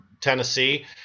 Tennessee